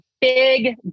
big